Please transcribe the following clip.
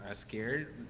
ah scared.